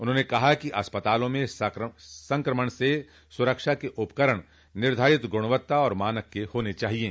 उन्होंने कहा कि अस्पतालों में संक्रमण से सुरक्षा के उपकरण निर्धारित गुणवत्ता और मानक के होने चाहिये